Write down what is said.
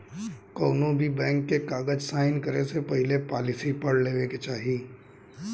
कौनोभी बैंक के कागज़ साइन करे से पहले पॉलिसी पढ़ लेवे के चाही